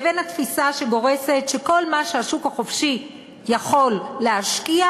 לבין התפיסה שגורסת שכל מה שהשוק החופשי יכול להשקיע,